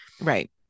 Right